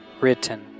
written